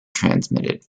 transmitted